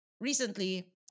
recently